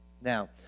Now